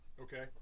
Okay